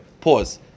Pause